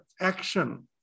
action